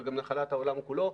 היא גם נחלת העולם כולו,